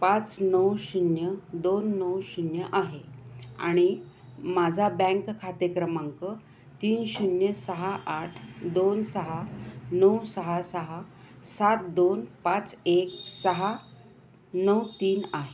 पाच नऊ शून्य दोन नऊ शून्य आहे आणि माझा बँक खाते क्रमांक तीन शून्य सहा आठ दोन सहा नऊ सहा सहा सात दोन पाच एक सहा नऊ तीन आहे